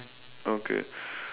okay